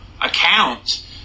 account